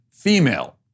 Female